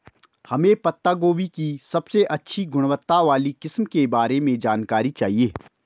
हमें पत्ता गोभी की सबसे अच्छी गुणवत्ता वाली किस्म के बारे में जानकारी चाहिए?